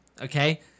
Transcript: Okay